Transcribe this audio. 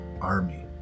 army